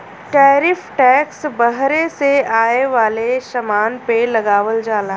tariff tax बहरे से आये वाले समान पे लगावल जाला